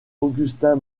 augustin